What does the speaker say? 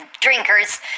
drinkers